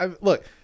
look